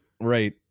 Right